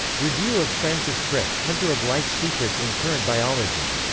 review of francis crick hunter of life's secrets in current biology.